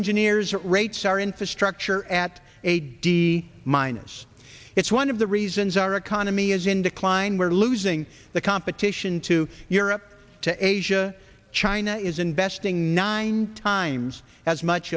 engineers rates our infrastructure at a d minus it's one of the reasons our economy is in decline we're losing the competition to europe to asia china is investing nine times as much